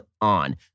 on